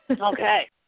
Okay